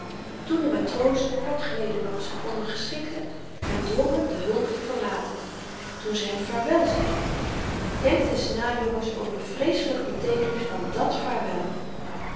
toen de matrozen kort geleden nog z'n ondergeschikten hem dwongen de hulk te verlaten toen ze hem vaarwel zeiden denkt eens na jongens over de vreeselyke beteekenis van dàt vaarwel